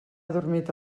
adormit